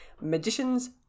magicians